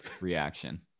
reaction